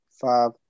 five